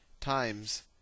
times